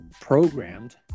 programmed